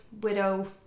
widow